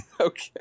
Okay